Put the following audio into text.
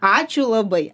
ačiū labai